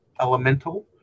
Elemental